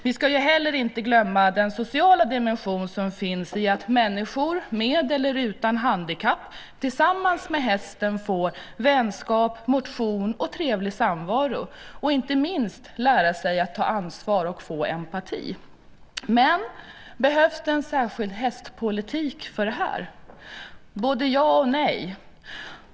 Vi ska heller inte glömma den sociala dimension som finns i att människor, med eller utan handikapp, tillsammans med hästen får vänskap, motion och trevlig samvaro och inte minst lär sig att ta ansvar och får empati. Behövs det en särskild hästpolitik för detta? Både ja och nej.